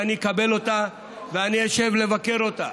ואני אקבל אותה ואני אשב לבקר אותה.